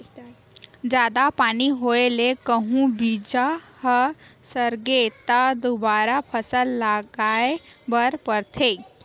जादा पानी होए ले कहूं बीजा ह सरगे त दोबारा फसल लगाए बर परथे